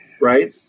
right